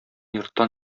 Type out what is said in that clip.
йорттан